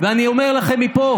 אני אומר לכם מפה,